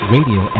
Radio